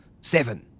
seven